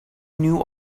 knew